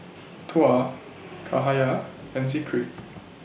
Tuah Cahaya and Zikri